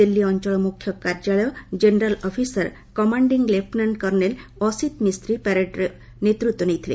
ଦିଲ୍ଲୀ ଅଞ୍ଚଳ ମୁଖ୍ୟ କାର୍ଯ୍ୟାଳୟ general officer commanding lieutenant colonel Asit Misti ପ୍ୟାରେଡ୍ର ନେତୃତ୍ୱ ନେଇଥିଲେ